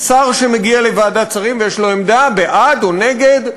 שר שמגיע לוועדת שרים ויש לו עמדה בעד או נגד,